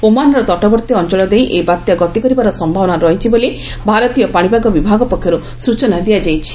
ଓମାନର ତଟବର୍ତ୍ତୀ ଅଅଳ ଦେଇ ଏହି ବାତ୍ୟା ଗତି କରିବାର ସମ୍ଭାବନା ରହିଛି ବୋଲି ଭାରତୀୟ ପାଣିପାଗ ବିଭାଗ ପକ୍ଷର୍ ସ୍ଚନା ଦିଆଯାଇଛି